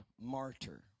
martyr